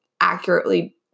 accurately